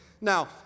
now